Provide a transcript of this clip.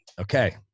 Okay